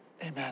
Amen